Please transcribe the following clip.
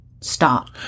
stop